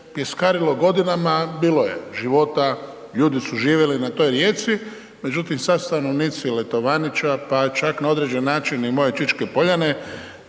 pjeskarilo godinama, bilo je života, ljudi su živjeli na toj rijeci međutim sad stanovnici Letovanića pa čak na određeni način i moje Čičke poljane,